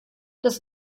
des